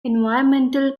environmental